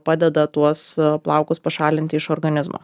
padeda tuos plaukus pašalinti iš organizmo